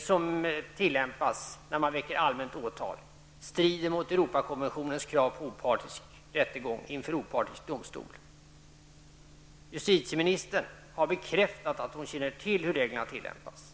som tillämpas när man väcker allmänt åtal strider mot Europakonventionens krav på opartisk rättegång inför opartisk domstol. Justitieministern har bekräftat att hon känner till hur reglerna tillämpas.